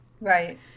Right